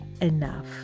enough